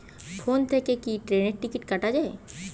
Phone থেকে কি ট্রেনের টিকিট কাটা য়ায়?